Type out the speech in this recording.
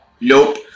nope